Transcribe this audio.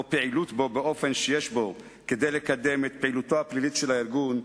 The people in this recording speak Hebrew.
או פעילות בו באופן שיש בו כדי לקדם את פעילותו הפלילית של הארגון,